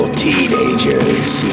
teenagers